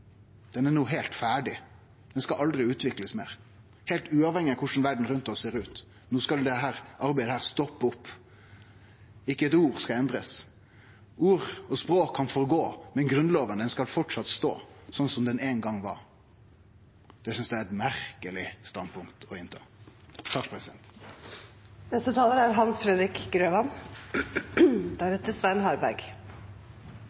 skal aldri utviklast meir, heilt uavhengig av korleis verda rundt oss ser ut. No skal dette arbeidet stoppe opp. Ikkje eitt ord skal bli endra. Ord og språk kan gå under, men Grunnlova skal framleis stå slik ho ein gong var. Det synest eg er eit merkeleg standpunkt å ha. Bakteppet for denne saken er de lange historiske linjene, der